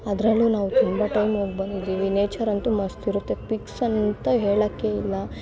ಅದರಲ್ಲೂ ನಾವು ತುಂಬ ಟೈಮ್ ಹೋಗಿ ಬಂದಿದ್ದೀವಿ ನೇಚರಂತೂ ಮಸ್ತಿರುತ್ತೆ ಪಿಕ್ಸಂತು ಹೇಳೋಕ್ಕೆ ಇಲ್ಲ